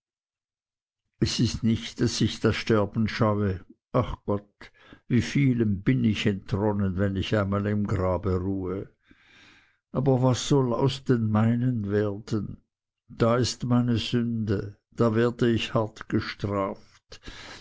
es ist nicht daß ich das sterben scheue ach gott wie vielem bin ich entronnen wenn ich einmal im grabe ruhe aber was soll aus den meinen werden da ist meine sünde und da werde ich hart gestraft